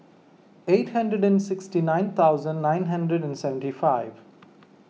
eight hundred and sixty nine thousand nine hundred and seventy five